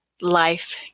life